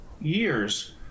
years